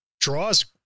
draws